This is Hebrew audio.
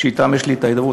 שאתם יש לי את ההידברות,